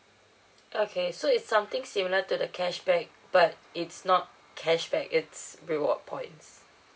okay so is something similar to the cashback but it's not cashback it's reward points